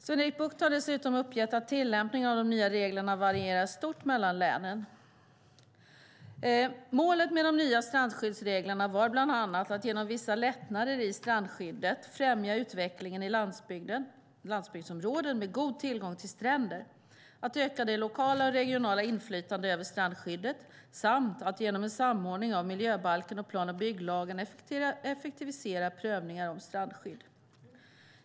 Sven-Erik Bucht har dessutom uppgett att tillämpningen av de nya reglerna varierar stort mellan länen. Målen med de nya strandskyddsreglerna var bland annat att genom vissa lättnader i strandskyddet främja utvecklingen i landsbygdsområden med god tillgång till stränder, att öka det lokala och regionala inflytandet över strandskyddet samt att genom en samordning av miljöbalken och plan och bygglagen effektivisera prövningar om strandskydd.